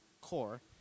core